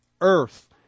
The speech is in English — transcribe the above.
earth